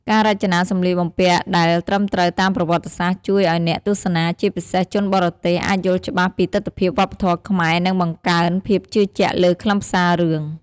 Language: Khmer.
ការរចនាសម្លៀកបំពាក់ដែលត្រឹមត្រូវតាមប្រវត្តិសាស្ត្រ ជួយឱ្យអ្នកទស្សនា ជាពិសេសជនបរទេស អាចយល់ច្បាស់ពីទិដ្ឋភាពវប្បធម៌ខ្មែរ និងបង្កើនភាពជឿជាក់លើខ្លឹមសាររឿង ។